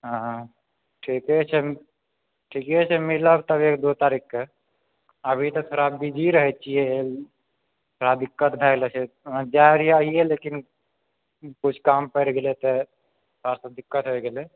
हँ हँ ठीके छै ठीके छै मिलब तब एक दोसरके अभी तऽ थोड़ा बिजी रहै छियै बड़ा दिक्कत भए गेल छै जै रहिए आइए कुछ काम परि गेलै तऽ थोड़ा सा दिक्कत होइ गेलै